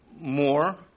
more